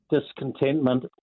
discontentment